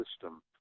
system